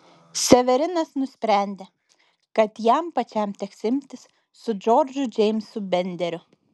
severinas nusprendė kad jam pačiam teks imtis su džordžu džeimsu benderiu